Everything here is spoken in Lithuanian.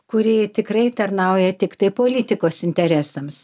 kūrėjai tikrai tarnauja tiktai politikos interesams